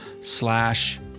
slash